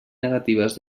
negatives